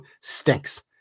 stinks